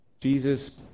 Jesus